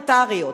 פרלמנטריות,